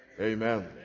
amen